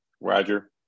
Roger